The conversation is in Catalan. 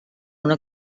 una